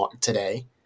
today